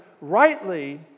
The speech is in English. rightly